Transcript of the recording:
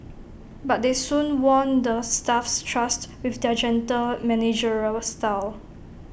but they soon won the staff's trust with their gentle managerial style